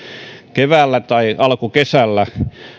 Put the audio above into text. keväällä tai alkukesällä